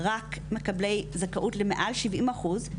רק מקבלי זכאות למעל 70 אחוז,